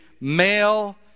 male